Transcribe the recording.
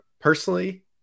personally